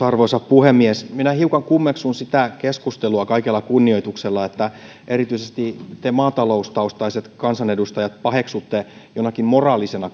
arvoisa puhemies minä hiukan kummeksun sitä keskustelua kaikella kunnioituksella että erityisesti te maataloustaustaiset kansanedustajat paheksutte jonakin moraalisena